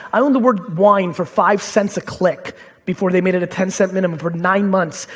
i owned the word wine for five cents a click before they made it a ten cent minimum for nine months,